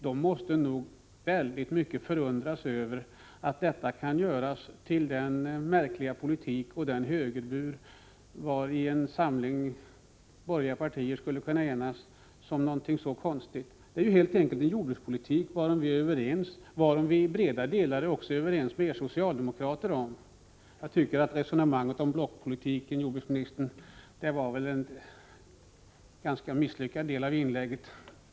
Det måste i hög grad förundra en läsare av protokollet att detta kan göras till den märkliga politik och den konstiga högerbur vari en samling borgerliga partier kan enas. Det är ju helt enkelt en jordbrukspolitik varom vi är överens, varom vi i stora delar är överens också med er socialdemokrater. Jag tycker att resonemanget om blockpolitik, herr jordbruksminister, var en ganska misslyckad del av ert inlägg.